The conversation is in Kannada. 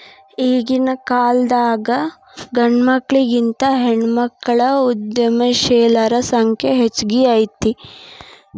ಈಗಿನ್ಕಾಲದಾಗ್ ಗಂಡ್ಮಕ್ಳಿಗಿಂತಾ ಹೆಣ್ಮಕ್ಳ ಉದ್ಯಮಶೇಲರ ಸಂಖ್ಯೆ ಹೆಚ್ಗಿ ಐತಿ